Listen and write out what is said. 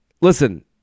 listen